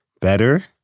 better